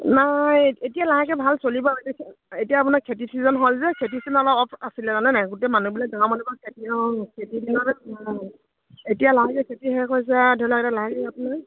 নাই এতিয়া লাহেকে ভাল চলিব এতিয়া আপোনাৰ খেতি চিজন হ'ল যে খেতি চিজনত অলপ অ'ফ আছিলে মানে নাই গোটেই মানুহবিলাক গাঁৱৰ মানুহবিলাক খেতি অঁ খেতিৰ দিনত অঁ এতিয়া লাহেকৈ খেতি শেষ হৈছে আৰু ধৰি লওক এতিয়া লাহে ধীৰে হ'বহে